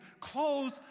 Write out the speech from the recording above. clothes